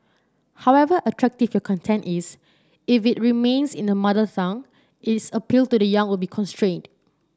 however attractive your content is if it remains in the mother tongue its appeal to the young will be constrained